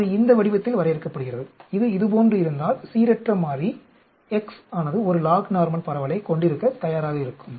இது இந்த வடிவத்தில் வரையறுக்கப்படுகிறது இது இதுபோன்று இருந்தால் சீரற்ற மாறி x ஆனது ஒரு லாக் நார்மல் பரவலைக் கொண்டிருக்கத் தயாராக இருக்கும்